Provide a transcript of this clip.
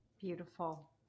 Beautiful